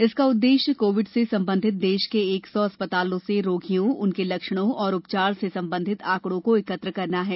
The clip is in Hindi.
इसका उद्देश्य कोविड से संबंधित देश के एक सौ अस्पतालों से रोगियों उनके लक्षणों और उपचार से संबंधित आंकड़ों को एकत्र करना है